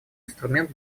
инструмент